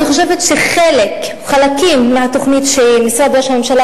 אני חושבת שחלקים מהתוכנית שמשרד ראש הממשלה